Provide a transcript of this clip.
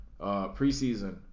Preseason